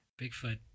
Bigfoot